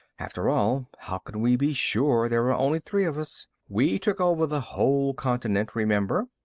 after all, how can we be sure there are only three of us? we took over the whole continent, remember.